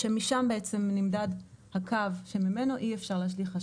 שמשם בעצם נמדד הקו שממנו אי אפשר להשליך אשפה.